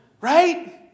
Right